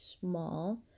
small